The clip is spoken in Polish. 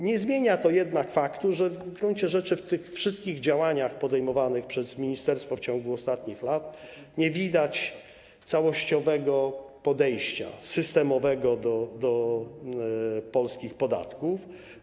Nie zmienia to jednak faktu, że w gruncie rzeczy w tych wszystkich działaniach podejmowanych przez ministerstwo w ciągu ostatnich lat nie widać całościowego, systemowego podejścia do polskich podatków.